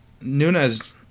Nunez